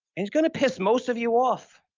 it's going to piss most of you off